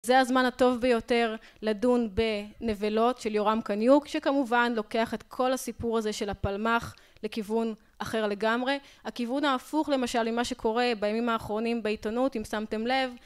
זה הזמן הטוב ביותר לדון בנבלות של יורם קניוק שכמובן לוקח את כל הסיפור הזה של הפלמ"ח לכיוון אחר לגמרי הכיוון ההפוך למשל למה שקורה בימים האחרונים בעיתונות אם שמתם לב